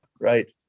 Right